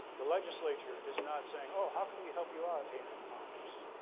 the legislature is not saying, oh, how can we help you out, a and m commerce?